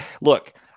Look